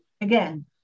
again